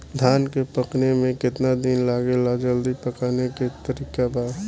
धान के पकने में केतना दिन लागेला जल्दी पकाने के तरीका बा?